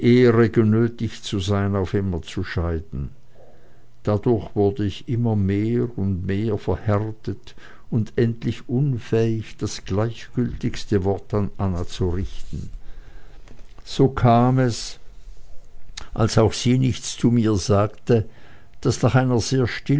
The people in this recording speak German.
ehre genötigt zu sein auf immer zu scheiden dadurch wurde ich immer mehr und mehr verhärtet und endlich unfähig das gleichgültigste wort an anna zu richten so kam es als sie auch nichts zu mir sagte daß nach einer sehr